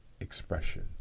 expression